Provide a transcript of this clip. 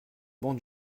bancs